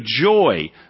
joy